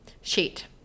sheet